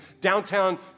downtown